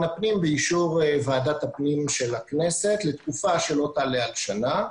הפנים באישור ועדת הפנים של הכנסת לתקופה שלא תעלה על שנה.